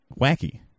Wacky